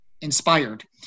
inspired